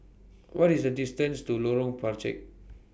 What IS The distance to Lorong Penchalak